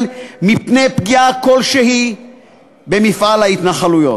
מפני פגיעה כלשהי במפעל ההתנחלויות.